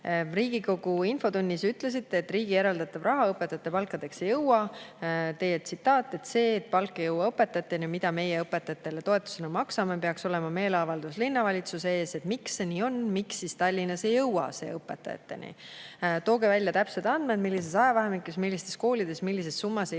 Riigikogu infotunnis ütlesite, et riigi eraldatav raha õpetajate palkadeks ei jõua Tallinnas õpetajateni. Teie tsitaat: "Et see, et palk ei jõua õpetajateni, mida meie õpetajatele toetusena maksame, peaks olema meeleavaldus linnavalitsuse ees, et miks see nii on, miks siis Tallinnas ei jõua õpetajateni?" Palun tooge välja täpsed andmed, millises ajavahemikus, millistes koolides ning millises summas ei